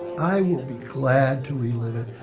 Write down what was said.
i will be glad to relive it.